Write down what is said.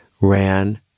ran